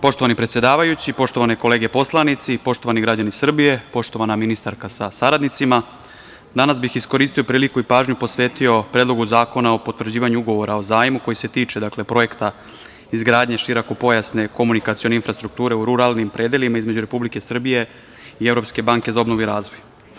Poštovani predsedavajući, poštovane kolege poslanici, poštovani građani Srbije, poštovana ministarka sa saradnicima, danas bih iskoristio priliku i pažnju posvetio Predlogu zakona o potvrđivanju Ugovora o zajmu koji se tiče projekta izgradnje širokopojasne komunikacione infrastrukture u ruralnim predelima između Republike Srbije i Evropske banke za obnovu i razvoj.